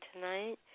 tonight